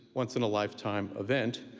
once-in-a-lifetime event,